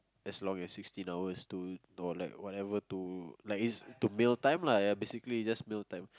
as long as sixteen hours to or like whatever to like is to mail time lah yeah basically just mail time